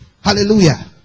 hallelujah